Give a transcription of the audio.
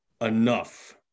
enough